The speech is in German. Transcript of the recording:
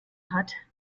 hat